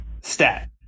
Stat